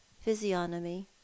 physiognomy